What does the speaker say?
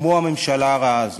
כמו הממשלה הרעה הזו.